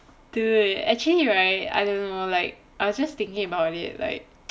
dude actually right I don't know like I was just thinking about it like